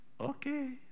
Okay